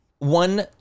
One